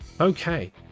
Okay